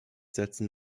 setzen